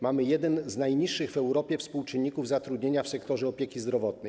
Mamy jeden z najniższych w Europie współczynników zatrudnienia w sektorze opieki zdrowotnej.